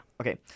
Okay